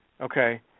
Okay